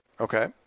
Okay